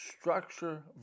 Structure